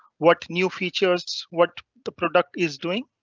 what new features, what the product is doing?